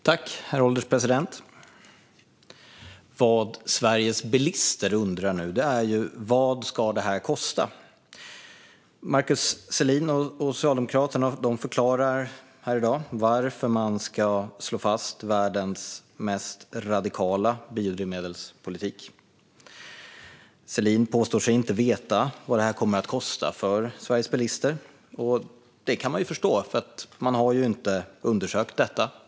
Herr ålderspresident! Vad Sveriges bilister undrar nu är vad det här ska kosta. Markus Selin och Socialdemokraterna förklarar här i dag varför man ska slå fast världens mest radikala biodrivmedelspolitik. Selin påstår sig inte veta vad det här kommer att kosta för Sveriges bilister, och det kan jag förstå, för man har inte undersökt detta.